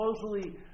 supposedly